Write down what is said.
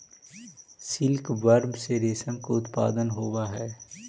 silkworm से रेशम के उत्पादन होवऽ हइ